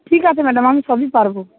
ঠিক আছে ম্যাডাম আমি সবই পারব